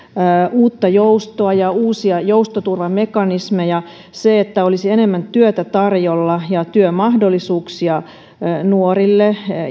uutta joustoa ja uusia joustoturvamekanismeja se että olisi enemmän työtä tarjolla ja työmahdollisuuksia nuorille